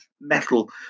metal